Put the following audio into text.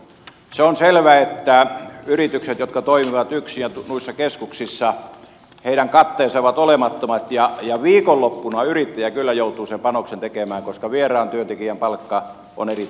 se on selvä että yksin noissa keskuksissa toimivien yritysten katteet ovat olemattomat ja viikonloppuna yrittäjä kyllä joutuu sen panoksen tekemään koska vieraan työntekijän palkka on erittäin kallista